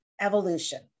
evolution